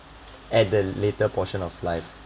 at the later portion of life